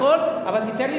אבל תיתן לי,